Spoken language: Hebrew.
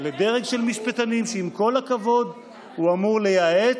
לדרג של משפטנים, שעם כל הכבוד, הוא אמור לייעץ,